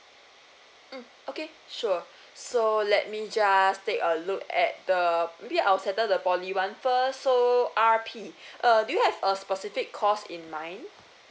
mm okay sure so let me just take a look at the maybe I'll settle the poly one first so R_P uh do you have a specific course in mind